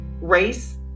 race